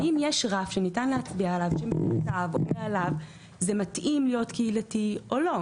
האם יש רף שניתן להצביע עליו --- זה מתאים להיות קהילתי או לא?